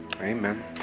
Amen